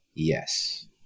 Yes